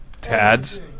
Tads